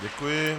Děkuji.